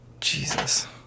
Jesus